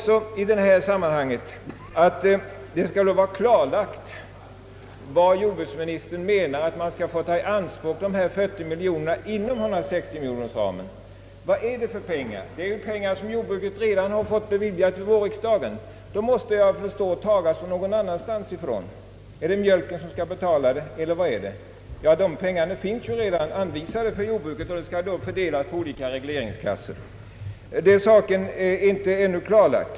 I detta sammanhang borde det vara klarlagt vad jordbruksministern menar om ianspråktagandet av dessa 40 miljoner kronor inom 160 miljonerkronorsramen, Vad är det för pengar? Det är ju pengar som jordbruket fått beviljat redan vid vårriksdagen. De måste såvitt jag förstår tagas någonstans ifrån. Är det mjölken som skall betala kostnaderna, eller var skall pengarna tas ifrån? De finns ju redan anvisade för jordbruket och skall blott fördelas på olika regleringskassor. Detta är ännu inte klarlagt.